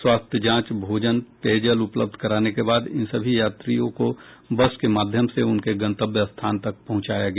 स्वास्थ्य जांच भोजन पेयजल उपलब्ध कराने के बाद इन सभी यात्रियों को बस के माध्यम से उनके गंतव्य स्थान तक पहुंचाया गया